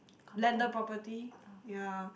landed property ya